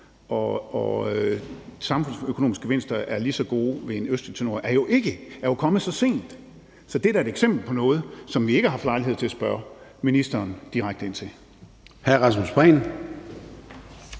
de samfundsøkonomiske gevinster er lige så gode ved et østlig rør, jo er kommet så sent. Så det er da et eksempel på noget, som vi ikke har haft lejlighed til at spørge ministeren direkte ind til.